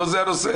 לא זה הנושא.